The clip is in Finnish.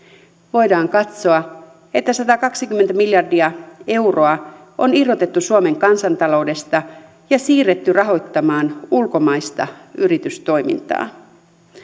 voidaan katsoa että satakaksikymmentä miljardia euroa on irrotettu suomen kansantaloudesta ja siirretty rahoittamaan ulkomaista yritystoimintaa